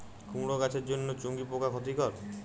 কুমড়ো গাছের জন্য চুঙ্গি পোকা ক্ষতিকর?